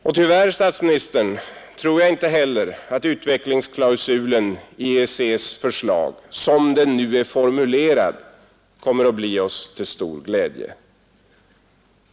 Och tyvärr, statsministern, tror jag inte heller att utvecklingsklausulen i EEC:s förslag som den nu är formulerad kommer att bli oss till stor glädje.